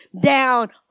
down